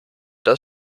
das